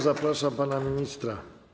Zapraszam pana ministra.